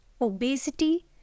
obesity